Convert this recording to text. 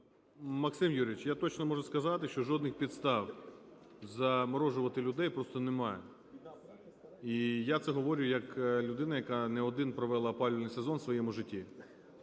Максиме Юрійовичу, я точно можу сказати, що жодних підстав заморожувати людей просто немає. І я це говорю як людина, яка не один провела опалювальний сезон у своєму житті.